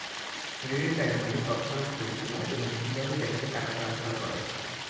real time মানে তৎক্ষণাৎ পরিষেবা, এবং কিভাবে ব্যাংকে টাকা ট্রান্সফার করা